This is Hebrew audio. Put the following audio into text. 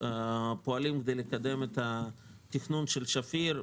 אנחנו פועלים כדי לקדם את התכנון של שפיר,